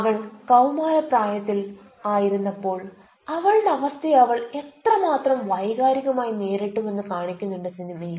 അവൾ കൌമാരപ്രായത്തിൽ ആയിരുന്നപ്പോൾ അവളുടെ അവസ്ഥയെ അവൾ എത്രമാത്രം വൈകാരികമായി നേരിട്ടുവെന്ന് കാണിക്കുന്നുണ്ട് സിനിമയിൽ